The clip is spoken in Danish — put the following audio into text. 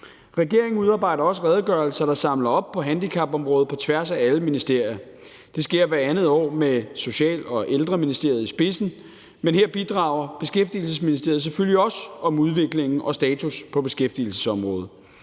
Regeringen udarbejder også redegørelser, der samler op på handicapområdet på tværs af alle ministerier. Det sker hvert andet år med Social- og Ældreministeriet i spidsen, men her bidrager Beskæftigelsesministeriet selvfølgelig også til udviklingen og status på beskæftigelsesområdet.